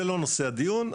זה לא נושא הדיון,